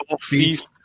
feast